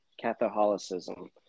Catholicism